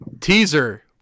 Teaser